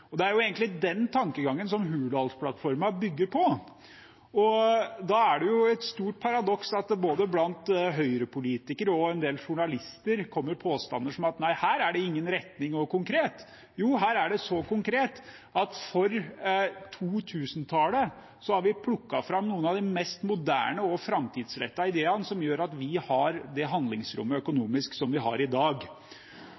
eller noe konkret. Jo, her er det så konkret at for 2000-tallet har vi plukket fram noen av de mest moderne og framtidsrettede ideene som gjør at vi har det økonomiske handlingsrommet